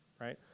right